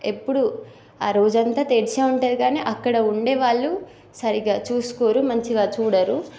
ఎప్పుడూ ఆ రోజంతా తెరిచే ఉంటుంది కానీ అక్కడ ఉండేవాళ్ళు సరిగ్గా చూసుకోరు మంచిగా చూడరు